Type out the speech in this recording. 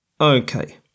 Okay